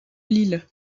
lille